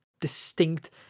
distinct